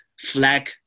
Flag